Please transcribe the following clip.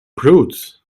prudes